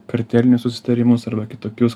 kartelinius susitarimus arba kitokius